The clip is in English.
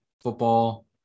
football